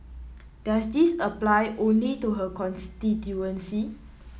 does this apply only to her constituency